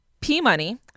P-Money